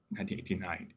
1989